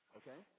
okay